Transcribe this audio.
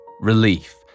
Relief